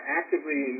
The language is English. actively